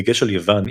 בדגש על יוון,